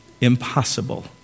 impossible